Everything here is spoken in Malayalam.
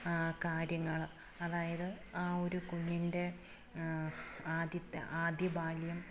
കാര്യങ്ങൾ അതായത് ആ ഒരു കുഞ്ഞിൻ്റെ ആദ്യത്തെ ആദ്യ ബാല്യം